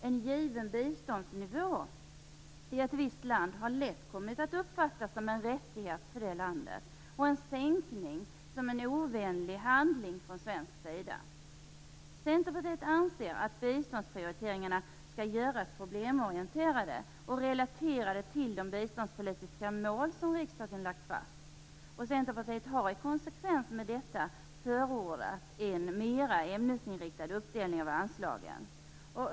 En given biståndsnivå i ett visst land har lätt kommit att uppfattas som en rättighet för det landet och en sänkning av densamma som en ovänlig handling som svensk sida. Centerpartiet anser att biståndsprioriteringarna skall göras problemorienterade och relaterade till de biståndspolitiska mål som riksdagen lagt fast. Centerpartiet har i konsekvens med detta förordat en mera ämnesinriktad uppdelning av anslagen.